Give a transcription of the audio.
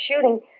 shooting